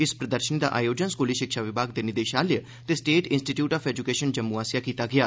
इस प्रदर्शनी दा आयोजन स्कूली शिक्षा विभाग दे निदेशालय ते state institute of education Jammu आस्सेआ कीता गेआ